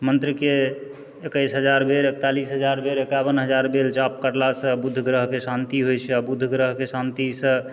मन्त्रके एकैस हजार बेर एकतालिस हजार बेर एकावन हजार बेर जप कयलासँ बुधके ग्रहके शान्ति होइत छै आ बुध ग्रहके शान्तिसँ